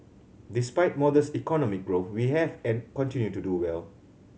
despite modest economic growth we have and continue to do well